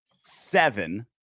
seven